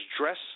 dress